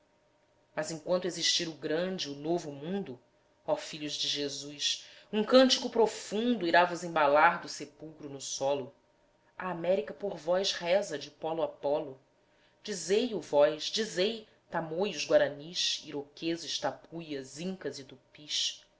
mas enquanto existir o grande o novo mundo ó filhos de jesus um cântico profundo irá vos embalar do sepulcro no solo a américa por vós reza de pólo a pólo dizei o vós dizei tamoios guaranis iroqueses tapuias incas e tupis